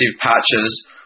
patches